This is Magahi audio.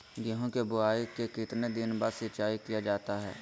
गेंहू की बोआई के कितने दिन बाद सिंचाई किया जाता है?